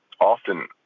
often